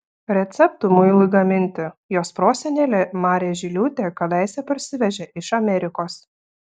receptų muilui gaminti jos prosenelė marė žiliūtė kadaise parsivežė iš amerikos